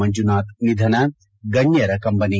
ಮಂಜುನಾಥ್ ನಿಧನ ಗಣ್ಣರ ಕಂಬನಿ